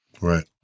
Right